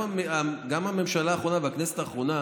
גם הממשלה האחרונה והכנסת האחרונה,